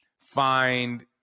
find